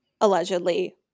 allegedly